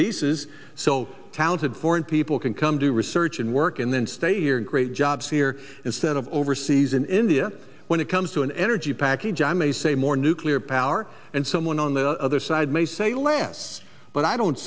visas so talented foreign people can come do research and work and then stay here and create jobs here instead of overseas in india when it comes to an energy package i may say more nuclear power and someone on the other side may say less but i don't